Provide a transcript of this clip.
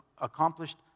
accomplished